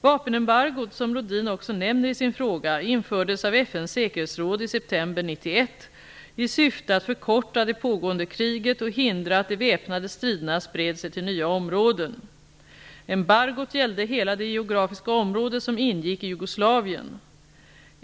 Vapenembargot, som Rohdin också nämner i sin fråga, infördes av FN:s säkerhetsråd i september 1991 i syfte att förkorta det pågående kriget och hindra att de väpnade striderna spred sig till nya områden. Embargot gällde hela det geografiska område som ingick i Jugoslavien.